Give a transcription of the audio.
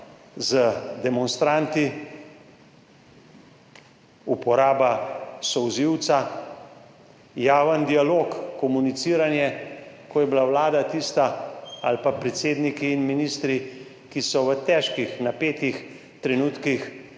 z demonstranti, uporaba solzivca, javni dialog, komuniciranje, ko je bila vlada tista ali pa predsedniki in ministri, ki so v težkih, napetih trenutkih